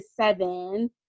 seven